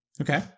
Okay